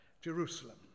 Jerusalem